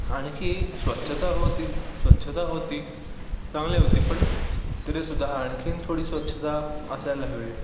आणखी स्वच्छता होती स्वच्छता होती चांगली होती पण तरीसुद्धा आणखीन थोडी स्वच्छता असायला हवी